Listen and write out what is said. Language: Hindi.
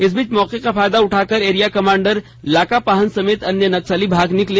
इस बीच मौके का फायदा उठाकर एरिया कमांडर लाका पहान समेत अन्य नक्सली भाग निकले